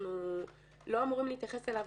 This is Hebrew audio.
אנחנו לא אמורים להתייחס אליו,